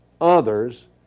others